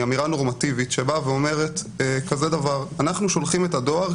אמירה נורמטיבית שבאה ואומרת: אנחנו שולחים את הדואר,